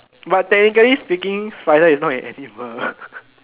but technically speaking spider is not an animal